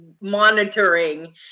monitoring